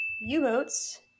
U-boats